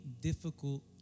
difficult